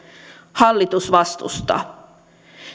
hallitus vastustaa